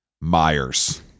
Myers